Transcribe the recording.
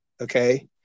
Okay